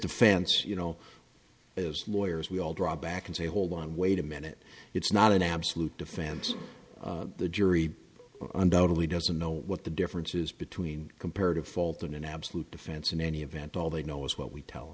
defense you know as lawyers we all draw back and say hold on wait a minute it's not an absolute defense the jury undoubtedly doesn't know what the differences between comparative fault and an absolute defense in any event all they know is what we tell